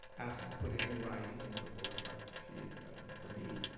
asked her to put in in writing and so forth, like she had done for me.